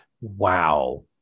Wow